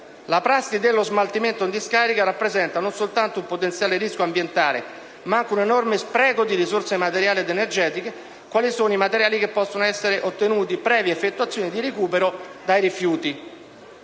La prassi dello smaltimento in discarica rappresenta non soltanto un potenziale rischio ambientale, ma anche un enorme spreco di risorse materiali ed energetiche quali sono i materiali che possono essere ottenuti, previa effettuazioni di recupero, dai rifiuti.